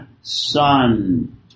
son